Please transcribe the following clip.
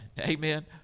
amen